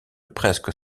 presque